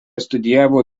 studijavo